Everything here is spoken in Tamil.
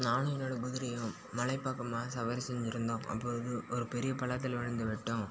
நானும் என்னோடய குதிரையும் மலை பக்கமாக சவாரி செஞ்சுருந்தோம் அப்போது ஒரு பெரிய பள்ளத்தில் விழுந்து விட்டோம்